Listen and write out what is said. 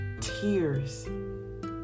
tears